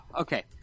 Okay